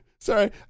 Sorry